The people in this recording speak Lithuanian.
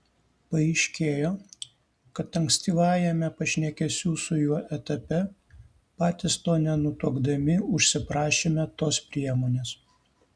paaiškėjo kad ankstyvajame pašnekesių su juo etape patys to nenutuokdami užsiprašėme tos priemonės